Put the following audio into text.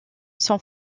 son